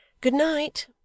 Good-night